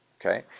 okay